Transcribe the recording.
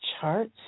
charts